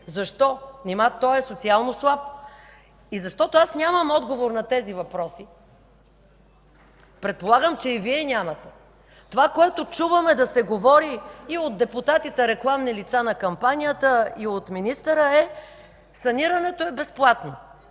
Защо? Нима той е социално слаб? Защото аз нямам отговор на тези въпроси, предполагам, че и Вие нямате. Това, което чувам да се говори и от депутатите – рекламни лица на кампанията, и от министъра, е: „Санирането е безплатно.